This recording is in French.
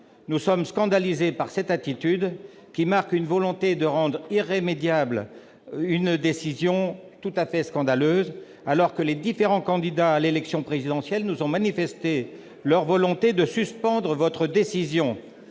Nous sommes scandalisés par cette attitude, qui marque la volonté de rendre irrémédiable une décision tout à fait inacceptable, alors même que les différents candidats à l'élection présidentielle nous ont fait part de leur intention d'en suspendre l'exécution.